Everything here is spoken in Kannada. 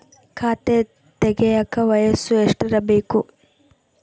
ಖಾತೆ ತೆಗೆಯಕ ವಯಸ್ಸು ಎಷ್ಟಿರಬೇಕು?